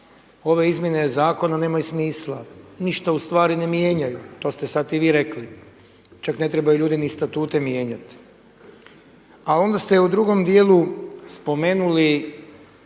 ove izmjene zakona nemaju smisla, ništa ustvari ne mijenjaju to ste sada i vi rekli, čak ne trebaju ljudi ni statute mijenjati. A onda ste u drugom dijelu spomenuli